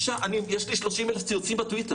יש לי 30,000 ציוצים בטוויטר,